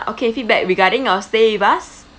okay feedback regarding our stay with us